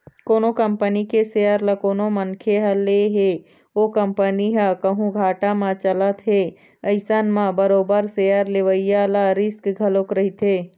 कोनो कंपनी के सेयर ल कोनो मनखे ह ले हे ओ कंपनी ह कहूँ घाटा म चलत हे अइसन म बरोबर सेयर लेवइया ल रिस्क घलोक रहिथे